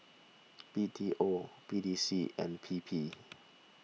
B T O P T C and P P